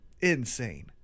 insane